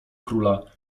króla